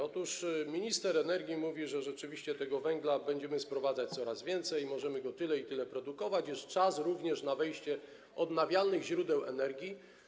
Otóż minister energii mówi, że rzeczywiście tego węgla będziemy sprowadzać coraz więcej, możemy go tyle i tyle produkować, jak również jest czas na wejście odnawialnych źródeł energii.